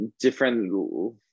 different